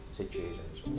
situations